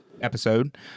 episode